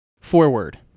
Forward